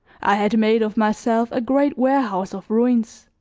i had made of myself a great warehouse of ruins,